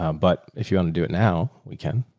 um but if you want to do it now, we can,